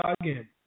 again